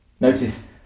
Notice